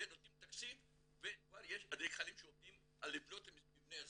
ונותנים תקציב וכבר יש אדריכלים שעובדים לבנות את המבנה הזה.